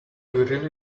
really